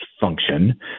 function